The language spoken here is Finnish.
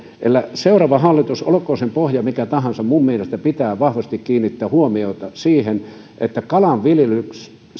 seuraavan hallituksen olkoon sen pohja mikä tahansa mielestäni pitää vahvasti kiinnittää huomiota siihen että kalanviljelyn